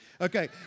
Okay